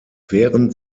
während